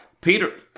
Peter